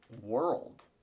world